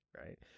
Right